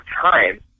time